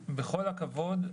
בכל הכבוד,